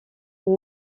ils